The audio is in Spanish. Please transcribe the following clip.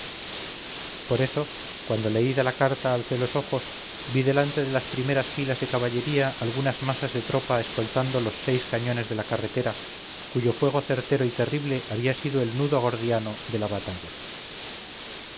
por eso cuando leída la carta alcé los ojos vi delante de las primeras filas de caballería algunas masas de tropa escoltando los seis cañones de la carretera cuyo fuego certero y terrible había sido el nudo gordiano de la batalla